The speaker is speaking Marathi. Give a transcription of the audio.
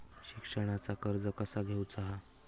शिक्षणाचा कर्ज कसा घेऊचा हा?